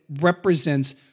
represents